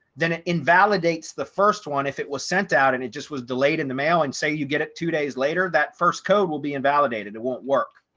then it invalidates the first one if it was sent out and it just was delayed in the mail and say you get it two days later that first code will be invalidated, it won't work.